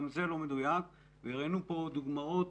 גם זה לא מדויק והראינו כאן דוגמאות